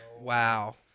Wow